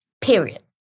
Period